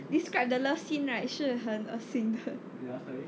describe the love scene right 是很恶心的